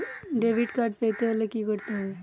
Debit card পেতে হলে কি করতে হবে?